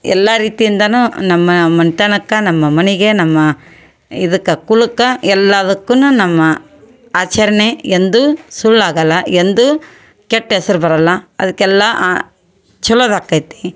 ಎಲ್ಲ ರೀತಿಯಿಂದಲೂ ನಮ್ಮ ಮನ್ತನಕ್ಕೆ ನಮ್ಮ ಮನೆಗೆ ನಮ್ಮ ಇದಕ್ಕೆ ಕುಲಕ್ಕೆ ಎಲ್ಲದಕ್ಕು ನಮ್ಮ ಆಚರಣೆ ಎಂದೂ ಸುಳ್ಳಾಗೋಲ್ಲ ಎಂದೂ ಕೆಟ್ಟ ಹೆಸರು ಬರೋಲ್ಲ ಅದಕ್ಕೆಲ್ಲ ಚೊಲೋದು ಆಕೈತಿ